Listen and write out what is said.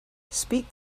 speak